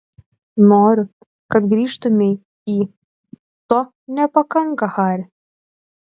noriu kad grįžtumei į to nepakanka hari